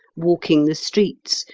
walking the streets,